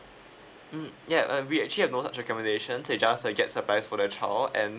mm ya uh we actually have no recommendations you just uh get surprise for the child and